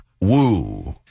Woo